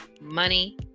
money